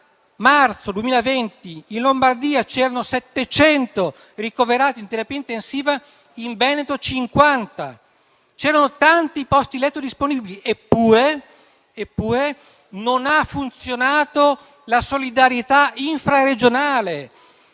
marzo 2020 in Lombardia c'erano 700 ricoverati in terapia intensiva, in Veneto 50. C'erano tanti posti letto disponibili, eppure non ha funzionato la solidarietà interregionale.